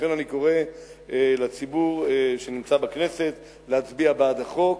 לכן אני קורא לציבור שנמצא בכנסת להצביע בעד החוק,